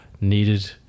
needed